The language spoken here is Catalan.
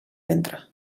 ventre